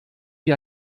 wie